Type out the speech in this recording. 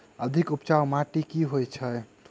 अधिक उपजाउ माटि केँ होइ छै?